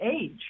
age